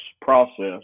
process